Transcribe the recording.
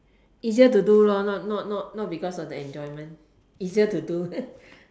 easier to do lor not not not because of the enjoyment easier to do